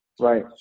Right